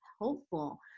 hopeful